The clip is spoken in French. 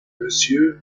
messieurs